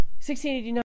1689